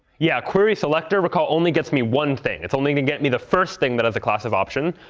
yeah, query selector, recall, only gets me one thing it's only going to get me the first thing that has the class of option,